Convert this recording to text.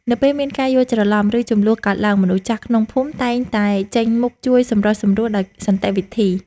នៅពេលមានការយល់ច្រឡំ ឬជម្លោះកើតឡើង មនុស្សចាស់ក្នុងភូមិតែងតែចេញមុខជួយសម្រុះសម្រួលដោយសន្តិវិធី។